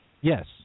Yes